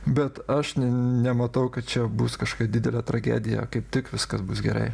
bet aš nematau kad čia bus kažkokia didelė tragedija kaip tik viskas bus gerai